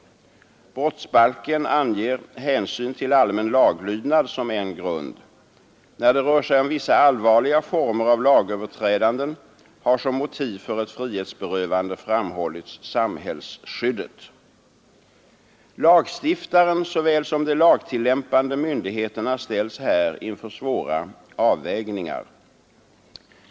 Brottsbalken anger hänsyn till allmän laglydnad som en grund. När det rör sig om vissa allvarliga former av lagöverträdanden har som motiv för ett frihetsberövande framhållits samhällsskyddet. Lagstiftaren såväl som de lagtillämpande myndigheterna ställs här inför svåra avvägningar.